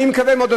אני מקווה מאוד,